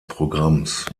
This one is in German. programms